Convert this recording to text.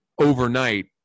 overnight